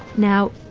now,